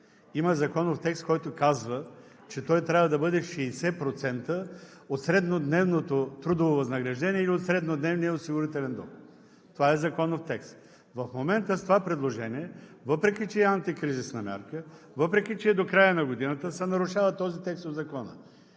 Има законов текст, който казва, че той трябва да бъде 60% от среднодневното трудово възнаграждение или от среднодневния осигурителен доход. Това е законов текст. В момента с това предложение, въпреки че е антикризисна мярка, въпреки че е до края на годината, се нарушава този текст от Закона.